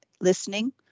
listening